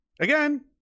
Again